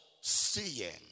seeing